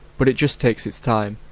but it just takes its time,